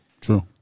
True